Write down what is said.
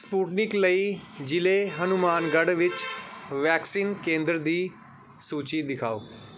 Sputnik ਲਈ ਜ਼ਿਲ੍ਹੇ ਹਨੂੰਮਾਨਗੜ੍ਹ ਵਿੱਚ ਵੈਕਸੀਨ ਕੇਂਦਰ ਦੀ ਸੂਚੀ ਦਿਖਾਓ